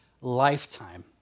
lifetime